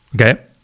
okay